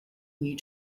need